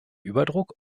überdruck